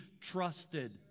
trusted